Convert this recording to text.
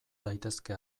daitezke